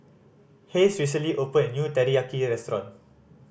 Hays recently opened a new Teriyaki Restaurant